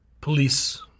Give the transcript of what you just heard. police